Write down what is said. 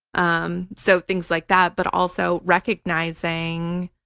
um so things like that, but also recognizing,